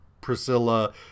Priscilla